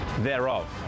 thereof